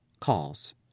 Calls